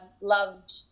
loved